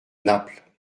naples